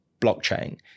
blockchain